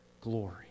glory